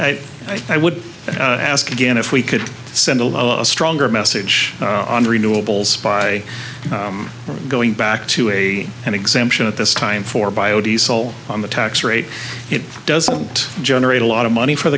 i would ask again if we could send a stronger message on renewables by going back to a an exemption at this time for biodiesel on the tax rate it doesn't generate a lot of money for